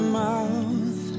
mouth